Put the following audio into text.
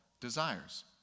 desires